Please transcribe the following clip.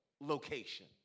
location